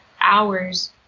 hours